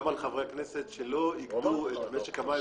גם על חברי הכנסת שלא יגבו את משק המים